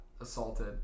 assaulted